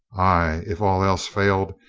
ay, if all else failed,